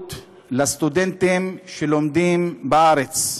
הבריאות לסטודנטים שלומדים בארץ,